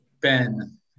Ben